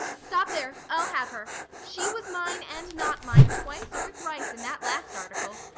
stop there i'll have her she was mine, and not mine, twice or thrice in that last article.